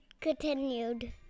continued